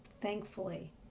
thankfully